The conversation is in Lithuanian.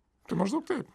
tai maždaug taip